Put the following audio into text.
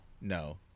no